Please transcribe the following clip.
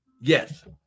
Yes